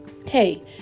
Hey